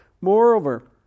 Moreover